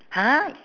!huh!